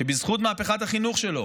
שבזכות מהפכת החינוך שלו